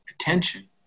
attention